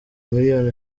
miliyoni